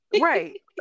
right